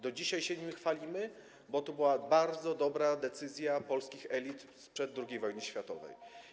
Do dzisiaj się nim chwalimy, bo to była bardzo dobra decyzja polskich elit sprzed II wojny światowej.